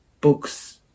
books